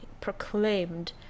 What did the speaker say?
Proclaimed